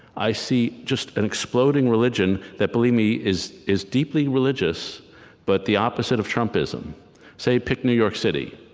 i see just an exploding religion that, believe me, is is deeply religious but the opposite of trumpism say, pick new york city.